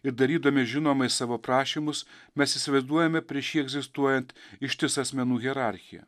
ir darydami žinomais savo prašymus mes įsivaizduojame prieš jį egzistuojant ištisą asmenų hierarchiją